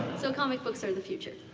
so, comic books so the future?